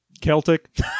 celtic